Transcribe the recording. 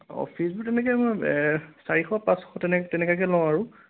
অঁ ফিজবোৰ তেনেকে মই চাৰিশ পাঁচশ তেনেকে তেনেকুৱাকে লওঁ আৰু